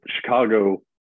Chicago